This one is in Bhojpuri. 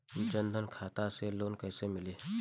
जन धन खाता से लोन कैसे मिली?